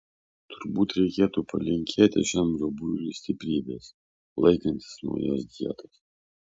turbūt reikėtų palinkėti šiam rubuiliui stiprybės laikantis naujos dietos